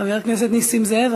חבר הכנסת נסים זאב,